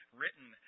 written